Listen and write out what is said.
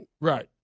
right